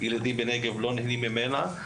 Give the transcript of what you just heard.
ילדי הנגב לא נהנים ממנה.